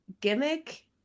gimmick